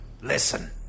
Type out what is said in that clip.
Listen